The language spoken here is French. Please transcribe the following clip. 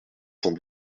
cent